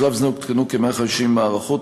בשלב זה הותקנו כ-150 מערכות,